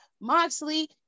Moxley